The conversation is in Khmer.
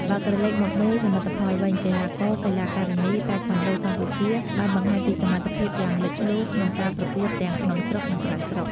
បើក្រលែកមកមើលសមិទ្ធផលវិញ កីឡាករ កីឡាការិនី តៃក្វាន់ដូកម្ពុជាបានបង្ហាញពីសមត្ថភាពយ៉ាងលេចធ្លោក្នុងការប្រកួតទាំងក្នុងស្រុក និងក្រៅស្រុក។